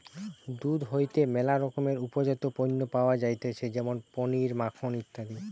দুধ হইতে ম্যালা রকমের উপজাত পণ্য পাওয়া যাইতেছে যেমন পনির, মাখন ইত্যাদি